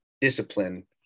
discipline